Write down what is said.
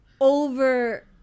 over